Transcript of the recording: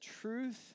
Truth